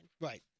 Right